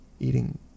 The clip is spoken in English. eating